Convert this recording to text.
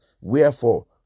wherefore